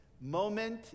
moment